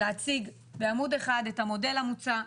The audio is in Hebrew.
להציג בעמוד אחד את המודל המוצע,